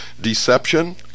Deception